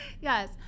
Yes